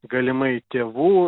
galimai tėvų